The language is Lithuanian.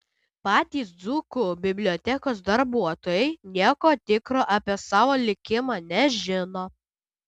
patys dzūkų bibliotekos darbuotojai nieko tikro apie savo likimą nežino